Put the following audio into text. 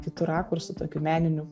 kitu rakursu tokiu meniniu